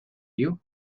you